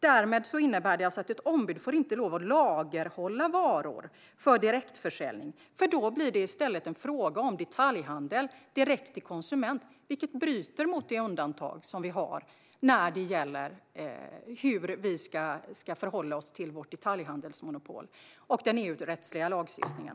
Det innebär alltså att ett ombud inte får lov att lagerhålla varor för direktförsäljning, för då blir det i stället en fråga om detaljhandel direkt till konsument, vilket bryter mot det undantag som vi har när det gäller hur vi ska förhålla oss till vårt detaljhandelsmonopol och den EU-rättsliga lagstiftningen.